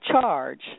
charge